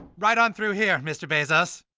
right on through here, mr. bezos.